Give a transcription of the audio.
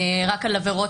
רק על עבירות